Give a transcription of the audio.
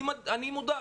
אני מודאג.